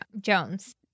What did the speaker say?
Jones